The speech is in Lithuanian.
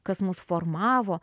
kas mus formavo